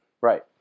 Right